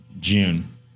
June